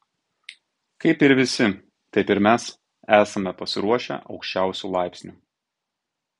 kaip ir visi taip ir mes esame pasiruošę aukščiausiu laipsniu